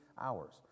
hours